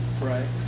Right